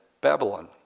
Babylon